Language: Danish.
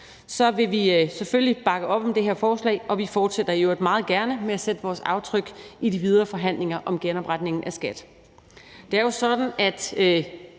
vil vi selvfølgelig bakke op om det her forslag, og vi fortsætter i øvrigt meget gerne med at sætte vores aftryk i de videre forhandlinger om genopretningen af